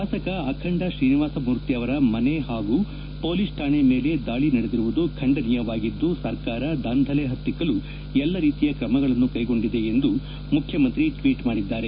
ಶಾಸಕ ಅಖಂಡ ಶ್ರೀನಿವಾಸ ಮೂರ್ತಿ ಅವರ ಮನೆ ಹಾಗೂ ಪೊಲೀಸ್ ಠಾಣೆ ಮೇಲೆ ದಾಳಿ ನಡೆದಿರುವುದು ಖಂಡನೀಯವಾಗಿದ್ದು ಸರ್ಕಾರ ದಾಂಧಲೆ ಹತ್ತಿಕ್ಕಲು ಎಲ್ಲ ರೀತಿಯ ಕ್ರಮಗಳನ್ನು ಕೈಗೊಂಡಿದೆ ಎಂದು ಮುಖ್ಯಮಂತ್ರಿ ಟ್ವೀಟ್ ಮಾಡಿದ್ದಾರೆ